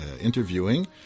interviewing